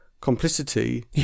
complicity